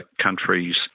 countries